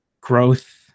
growth